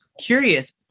curious